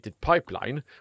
pipeline